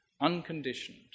unconditioned